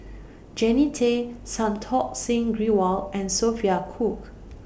Jannie Tay Santokh Singh Grewal and Sophia Cooke